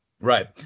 Right